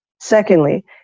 secondly